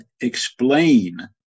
explain